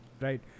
Right